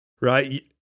right